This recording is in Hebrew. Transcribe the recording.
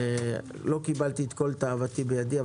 לא קיבלתי את כל תאוותי בידי,